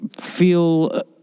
feel